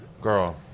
Girl